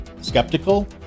Skeptical